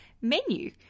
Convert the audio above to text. menu